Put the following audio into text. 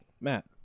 Matt